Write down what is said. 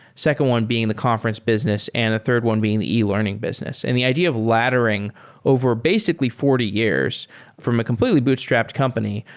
second one being the conference business, and the third one being the e-learning business and the idea of laddering over basically forty years from a completely bootstrapped company.